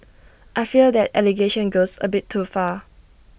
I fear that allegation goes A bit too far